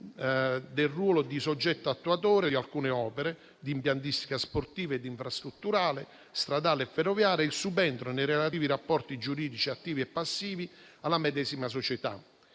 del ruolo di soggetto attuatore di alcune opere di impiantistica sportiva e infrastrutturale, stradale e ferroviaria e il subentro nei relativi rapporti giuridici attivi e passivi alla medesima società,